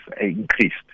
increased